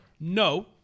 No